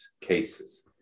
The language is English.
cases